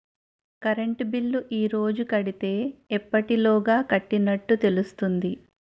Current bill ఈ రోజు కడితే ఎప్పటిలోగా కట్టినట్టు తెలుస్తుంది?